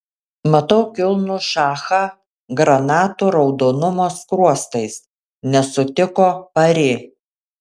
matau kilnų šachą granatų raudonumo skruostais nesutiko pari